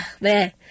Man